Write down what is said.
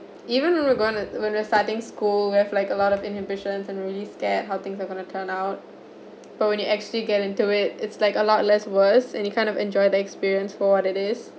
even though we going to when we're starting school we have like a lot of inhibitions and really scared how things are going to turn out but when you actually get into it it's like a lot less worse and you kind of enjoy the experience for what it is